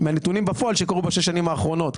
מהנתונים בפועל שקרו בשש השנים האחרונות.